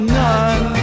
none